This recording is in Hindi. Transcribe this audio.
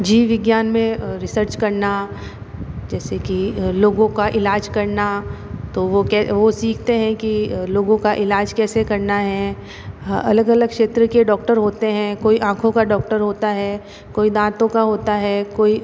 जीव विज्ञान में रिसर्च करना जैसे कि लोगों का इलाज करना तो वो क्या वो सीखते हैं कि लोगों का इलाज कैसे करना है अलग अलग क्षेत्र के डॉक्टर होते हैं कोई आँखों का डॉक्टर होता है कोई दाँतों का होता है कोई